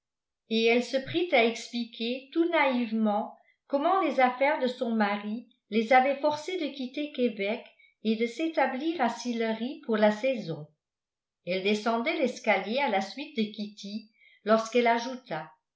et elle se prit à expliquer tout naïvement comment les affaires de son mari les avaient forcés de quitter québec et de s'établir à sillery pour la saison elle descendait l'escalier à la suite de kitty lorsqu'elle ajouta